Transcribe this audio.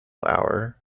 hour